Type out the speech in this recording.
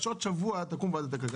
שבעוד שבוע תקום ועדת הכלכלה.